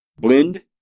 blend